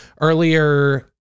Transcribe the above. earlier